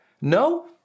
No